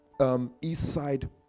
Eastside